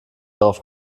darauf